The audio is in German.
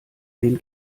den